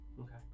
Okay